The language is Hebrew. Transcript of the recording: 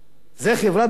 זאת חברה דמוקרטית?